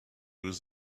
was